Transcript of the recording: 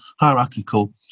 hierarchical